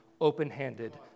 open-handed